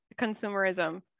consumerism